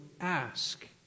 ask